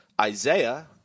Isaiah